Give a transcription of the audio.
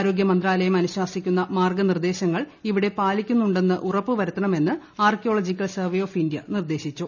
ആരോഗ്യ മന്ത്രാലയം അനുശാസിക്കുന്ന മാർഗ നിർദ്ദേശങ്ങൾ ഇവിടെ പാലിക്കുന്നുണ്ടെന്ന് ഉറപ്പു വരുത്തണമെന്ന് ആർക്കിയോളജിക്കൽ സർവ്വേ ഓഫ് ഇന്ത്യ നിർദ്ദേശിച്ചു